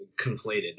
conflated